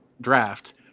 draft